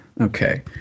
Okay